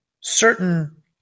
certain